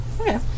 Okay